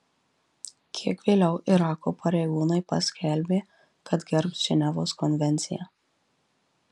kiek vėliau irako pareigūnai paskelbė kad gerbs ženevos konvenciją